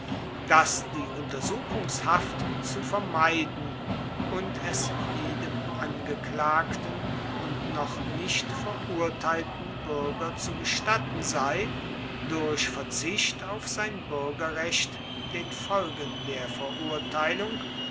dass die untersuchungshaft zu vermeiden und es jedem angeklagten und noch nicht verurteilten buerger zu gestatten sei durch verzicht auf sein buergerrecht den folgen der verurteilung